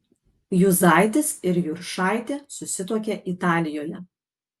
juzaitis ir juršaitė susituokė italijoje